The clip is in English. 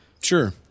Sure